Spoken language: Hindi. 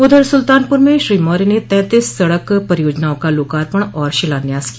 उधर सुल्तानपुर में श्री मौर्य ने तैंतीस सड़क परियोजनाओं का लोकार्पण और शिलान्यास किया